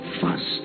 Fast